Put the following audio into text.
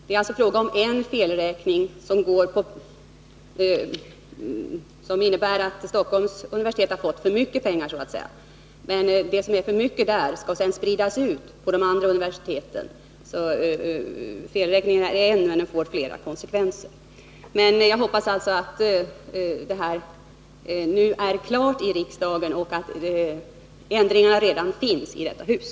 Det är fråga om en felräkning, som innebär att Stockholms universitet har fått för mycket pengar så att säga. Men det som är för mycket där skall spridas ut på andra högskoleenheter. Felräkningen är alltså en, men den har fått flera konsekvenser. Jag hoppas att detta nu är klart i riksdagen och att ändringarna redan finns här.